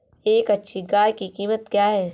एक अच्छी गाय की कीमत क्या है?